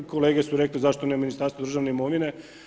Kolege su rekle zašto ne Ministarstvo državne imovine.